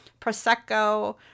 prosecco